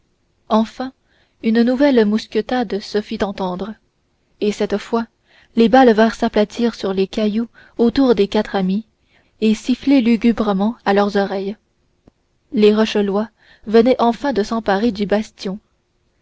enfin une nouvelle mousquetade se fit entendre et cette fois les balles vinrent s'aplatir sur les cailloux autour des quatre amis et siffler lugubrement à leurs oreilles les rochelois venaient enfin de s'emparer du bastion